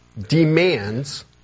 demands